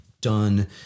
done